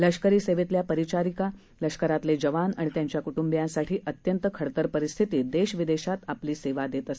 लष्करी सेवेतल्या परिचारिका लष्करातले जवान आणि त्यांच्या कुंटुंबियांसाठी अत्यंत खडतर परिस्थितीत देश विदेशात आपली सेवा देत आहे